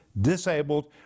disabled